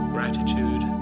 Gratitude